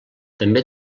també